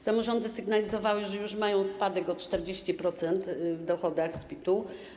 Samorządy sygnalizowały, że już mają spadek o 40% w dochodach z PIT-u.